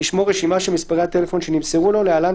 ישמור רשימה של מספרי הטלפון שנמסרו לו (להלן,